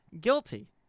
guilty